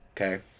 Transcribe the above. Okay